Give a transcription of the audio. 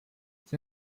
see